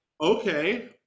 Okay